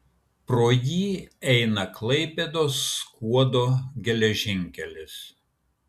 pro jį eina klaipėdos skuodo geležinkelis